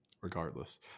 Regardless